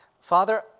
Father